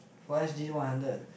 for s_g one hundred